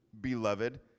beloved